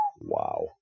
Wow